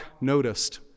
noticed